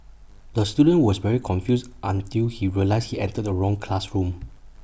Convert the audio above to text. the student was very confused until he realised he entered the wrong classroom